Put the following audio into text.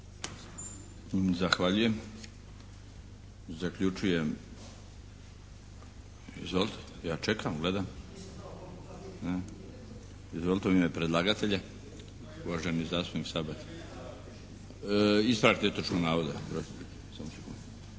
Zahvaljujem. Zaključujem, izvolite, ja čekam, gledam. Izvolite. U ime predlagatelja, uvaženi zastupnik Sabati. Ispravak netočnog navoda, oprostite.